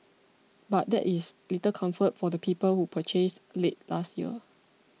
but that is little comfort for the people who purchased late last year